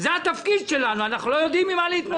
זה התפקיד שלנו, אנחנו לא יודעים עם מה להתמודד.